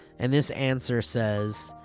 and this answer says,